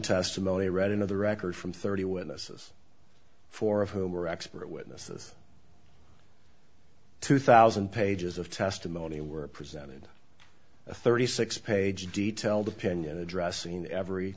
testimony read into the record from thirty witnesses four of whom were expert witnesses two thousand pages of testimony were presented thirty six page detailed opinion addressing every